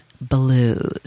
blues